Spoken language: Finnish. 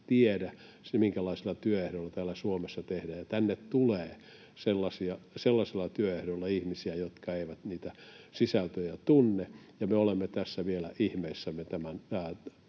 tiedä, minkälaisilla työehdoilla täällä Suomessa tehdään, ja tänne tulee sellaisilla työehdoilla ihmisiä, jotka eivät niitä sisältöjä tunne. Ja me olemme tässä vielä ihmeissämme tämän